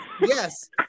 Yes